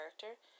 character